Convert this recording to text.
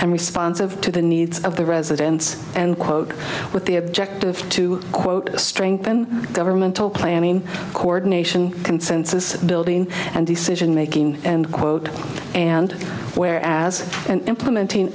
and responsive to the needs of the residents and quote with the objective to quote strengthen governmental planning coordination consensus building and decision making and quote and where as and implementing